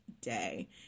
day